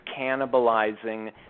cannibalizing